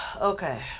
okay